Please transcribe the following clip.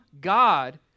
God